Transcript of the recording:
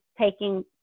taking